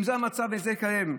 אם זה המצב וזה יתקיים,